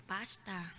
Pasta